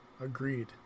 Agreed